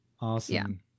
Awesome